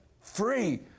free